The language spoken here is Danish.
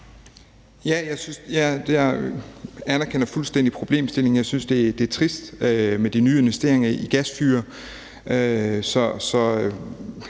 Ja, jeg anerkender fuldstændig problemstillingen. Jeg synes, det er trist med de nye investeringer i gasfyr.